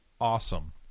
awesome